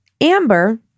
Amber